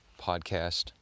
podcast